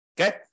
Okay